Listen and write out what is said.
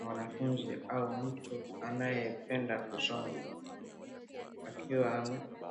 mwanafunzi au mtu anayependa kusoma. Akiwa ame...